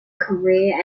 career